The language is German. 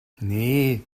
nee